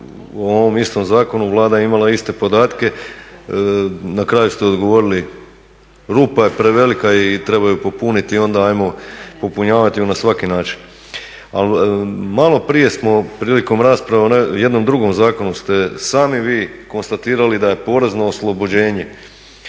o ovom istom zakonu, Vlada je imala iste podatke, na kraju ste odgovorili rupa je prevelika i treba je popuniti, onda ajmo popunjavati ju na svaki način. Ali maloprije smo prilikom rasprave o jednom drugom zakonu ste sami vi konstatirali da porezno oslobođenje